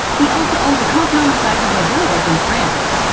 he also owns compound the size of a village in france.